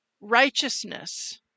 righteousness